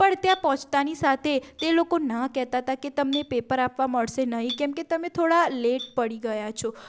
પણ ત્યાં પહોંચતાની સાથે તે લોકો ન કહેતા હતા કે તમને પેપર આપવા મળશે નહીં કેમ કે તમે થોડાક લેટ પડી ગયા છો